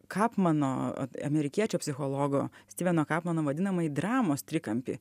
kapmano amerikiečių psichologo stiveno kapmano vadinamąjį dramos trikampį